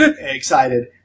excited